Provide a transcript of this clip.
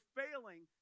failing